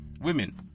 women